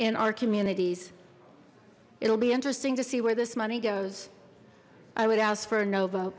in our communities it'll be interesting to see where this money goes i would ask for a no